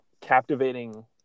captivating